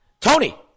Tony